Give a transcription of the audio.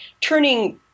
turning